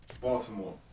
Baltimore